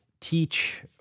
teach